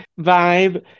vibe